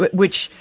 but which.